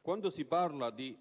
Quando si parla di